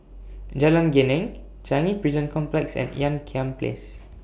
Jalan Geneng Changi Prison Complex and Ean Kiam Place